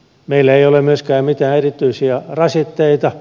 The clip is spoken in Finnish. meillä ei ole myöskään mitään erityisiä rasitteita